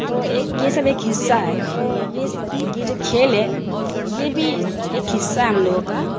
تو ایک یہ سب ایک حصہ ہے تو یہ یہ جو کھیل ہے یہ بھی ایک حصہ ہے ہم لوگوں کا